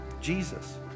Jesus